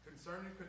Concerning